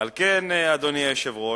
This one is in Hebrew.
אדוני היושב-ראש,